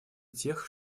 тех